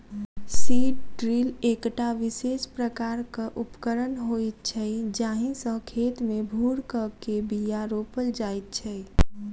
seed drill एकटा विशेष प्रकारक उपकरण होइत छै जाहि सॅ खेत मे भूर क के बीया रोपल जाइत छै